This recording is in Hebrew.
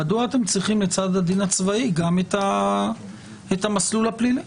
מדוע אתם צריכים לצד הדין הצבאי גם את המסלול הפלילי?